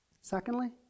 Secondly